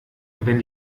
wenn